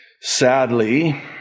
Sadly